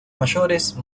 mayores